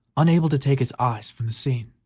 unable to take his eyes from the scene.